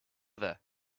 there